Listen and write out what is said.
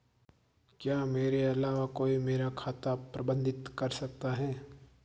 क्या मेरे अलावा कोई और मेरा खाता प्रबंधित कर सकता है?